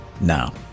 now